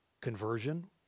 conversion